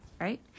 right